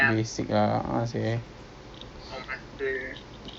so we can just ya we can just probably do that lor